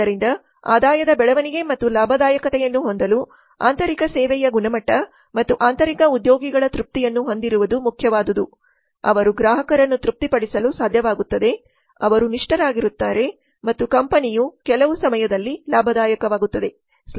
ಆದ್ದರಿಂದ ಆದಾಯದ ಬೆಳವಣಿಗೆ ಮತ್ತು ಲಾಭದಾಯಕತೆಯನ್ನು ಹೊಂದಲು ಆಂತರಿಕ ಸೇವೆಯ ಗುಣಮಟ್ಟ ಮತ್ತು ಆಂತರಿಕ ಉದ್ಯೋಗಿಗಳ ತೃಪ್ತಿಯನ್ನು ಹೊಂದಿರುವುದು ಮುಖ್ಯವಾದುದು ಅವರು ಗ್ರಾಹಕರನ್ನು ತೃಪ್ತಿಪಡಿಸಲು ಸಾಧ್ಯವಾಗುತ್ತದೆ ಅವರು ನಿಷ್ಠರಾಗಿರುತ್ತಾರೆ ಮತ್ತು ಕಂಪನಿಯು ಕೆಲವು ಸಮಯದಲ್ಲಿ ಲಾಭದಾಯಕವಾಗುತ್ತದೆ